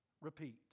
repeat